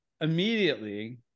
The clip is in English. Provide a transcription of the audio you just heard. immediately